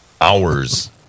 hours